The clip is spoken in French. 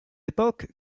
époque